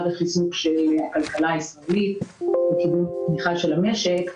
לחיזוק של הכלכלה הישראלית לכיוון צמיחה של המשק,